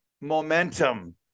momentum